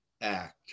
act